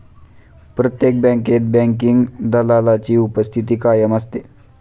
प्रत्येक बँकेत बँकिंग दलालाची उपस्थिती कायम असते